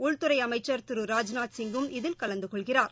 உள்துறை அமைச்சர் திரு ராஜ்நாத் சிங்கும் இதில் கலந்துகொள்கிறார்